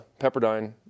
Pepperdine